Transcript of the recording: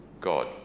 God